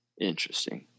Interesting